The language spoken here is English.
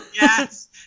Yes